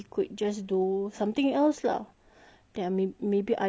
there are may~ maybe other jobs that community centres give